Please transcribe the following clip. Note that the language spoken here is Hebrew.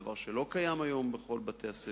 דבר שלא קיים היום בכל בתי-הספר,